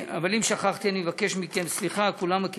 אבל אם שכחתי, אני מבקש מכם סליחה.